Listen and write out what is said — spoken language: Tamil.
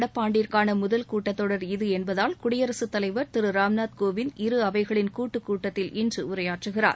நடப்பு ஆண்டிற்கான முதல் கூட்டத்தொடர் இது என்பதால் குடியரசுத் தலைவர் திரு ராம்நாத் கோவிந்த் இரு அவைகளின் கூட்டுக் கூட்டத்தில் இன்று உரையாற்றுகிறார்